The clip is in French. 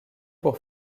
pour